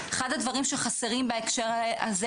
אחד הדברים שחסרים בהקשר הזה,